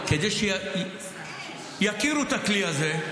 כדי שיכירו את הכלי הזה,